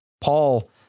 Paul